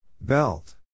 Belt